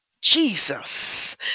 Jesus